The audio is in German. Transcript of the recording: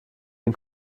den